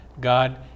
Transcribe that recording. God